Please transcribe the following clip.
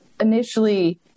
initially